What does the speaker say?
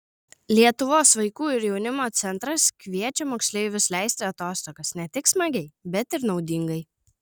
lietuvos vaikų ir jaunimo centras kviečia moksleivius leisti atostogas ne tik smagiai bet ir naudingai